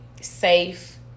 safe